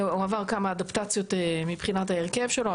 הועבר כמה אדפטציות מבחינת ההרכב שלו,